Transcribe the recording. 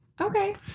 Okay